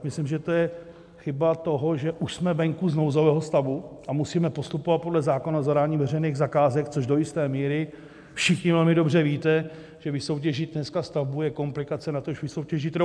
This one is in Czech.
Myslím, že to je chyba toho, že už jsme venku z nouzového stavu a musíme postupovat podle zákona o zadávání veřejných zakázek, což do jisté míry všichni velmi dobře víte, že vysoutěžit dneska stavbu je komplikace, natož vysoutěžit roušky.